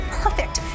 perfect